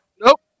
Nope